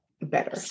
better